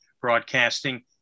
broadcasting